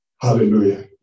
Hallelujah